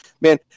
Man